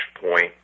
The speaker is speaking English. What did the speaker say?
point